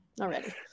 already